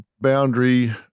boundary